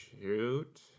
shoot